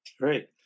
Great